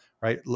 right